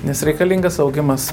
nes reikalingas augimas